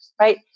right